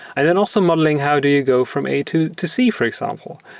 and then also modeling how do you go from a to to c, for example.